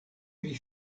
pri